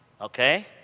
Okay